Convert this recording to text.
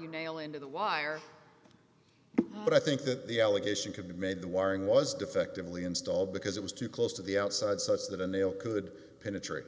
you nail into the wire but i think that the allegation could be made the wiring was defective only installed because it was too close to the outside such that a nail could penetrate